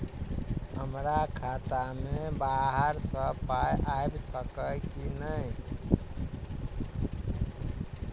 हमरा खाता मे बाहर सऽ पाई आबि सकइय की नहि?